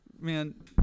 man